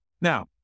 Now